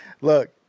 Look